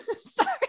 sorry